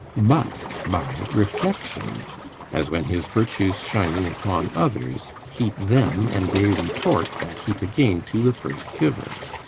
but by reflection as when his virtues shining upon others heat them, and they retort that heat again to the first giver.